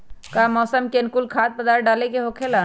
का मौसम के अनुकूल खाद्य पदार्थ डाले के होखेला?